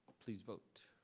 please vote.